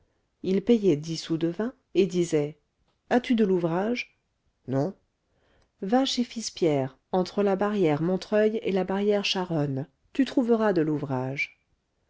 il payait dix sous de vin et disait as-tu de l'ouvrage non va chez filspierre entre la barrière montreuil et la barrière charonne tu trouveras de l'ouvrage